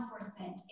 enforcement